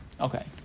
Okay